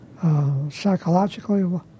psychologically